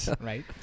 right